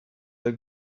are